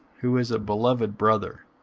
who is a beloved brother,